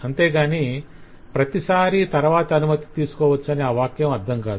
అంతేగాని ప్రతిసారీ తరవాత అనుమతి తీసుకోవచ్చని ఆ వాక్యం అర్ధం కాదు